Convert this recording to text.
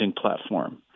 platform